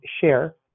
share